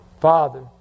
father